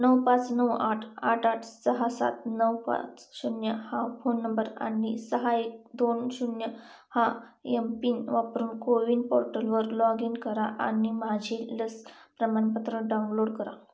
नऊ पाच नऊ आठ आठ आठ सहा सात नऊ पाच शून्य हा फोन नंबर आणि सहा एक दोन शून्य हा एम पिन वापरून कोविन पोर्टलवर लॉग इन करा आणि माझे लस प्रमाणपत्र डाउनलोड करा